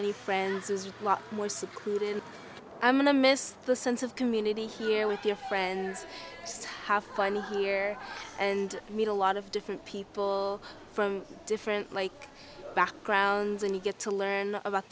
any friends is a lot more secluded and i'm going to miss the sense of community here with your friends just have fun here and meet a lot of different people from different like backgrounds and you get to learn about